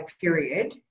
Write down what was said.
period